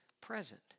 present